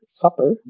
supper